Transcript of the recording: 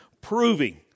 proving